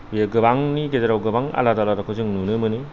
बेयो गोबांनि गेजेराव गोबां आलादा आलादाखौ जों नुनो मोनो